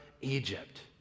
Egypt